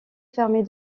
fermée